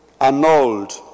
annulled